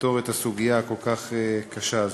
לפתור את הסוגיה הכל-כך קשה הזו.